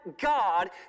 God